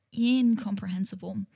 incomprehensible